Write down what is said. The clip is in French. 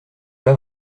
pas